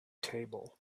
table